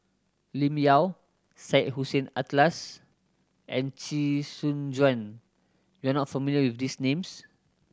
Lim Yau Syed Hussein Alatas and Chee Soon Juan you are not familiar with these names